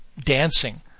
dancing